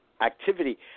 activity